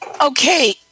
Okay